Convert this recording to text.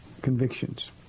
convictions